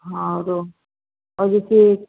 हाँ और वह और जैसे